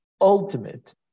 ultimate